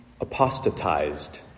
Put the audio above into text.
apostatized